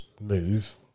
move